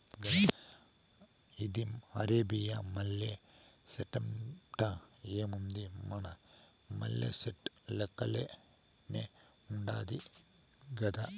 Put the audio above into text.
ఇది అరేబియా మల్లె సెట్టంట, ఏముంది మన మల్లె సెట్టు లెక్కనే ఉండాది గదా